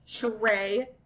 Sheree